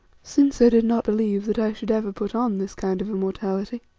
since i did not believe that i should ever put on this kind of immortality.